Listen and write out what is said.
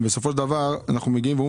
ובסופו של דבר אנחנו מגיעים ואומרים